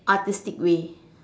artistic way